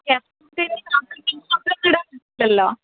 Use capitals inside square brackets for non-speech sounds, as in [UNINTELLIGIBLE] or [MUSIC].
[UNINTELLIGIBLE] ഇല്ലല്ലോ